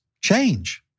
change